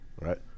Right